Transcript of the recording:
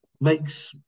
makes